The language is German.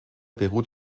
beruht